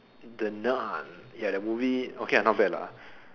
the nun ya the movie okay lah not bad lah